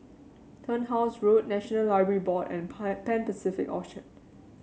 Turnhouse Road National Library Board and Pan Pacific Orchard